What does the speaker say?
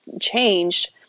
changed